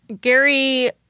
Gary